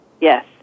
yes